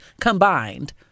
combined